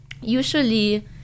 usually